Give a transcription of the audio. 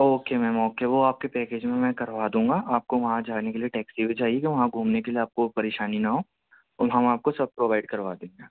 okay ma'am okay وہ آپ کے پیکج میں میں کروا دوں گا آپ کو وہاں جانے کے لیے ٹیکسی بھی چاہیے وہاں گھومنے کے لیے آپ کو پریشانی نہ ہو اور ہم آپ کو سب پرووائڈ کروا دیں گے